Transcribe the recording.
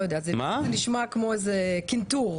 לא יודעת, זה נשמע כמו איזה קנטור.